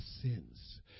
sins